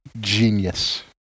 genius